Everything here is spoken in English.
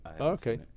Okay